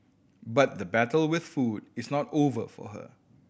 but the battle with food is not over for her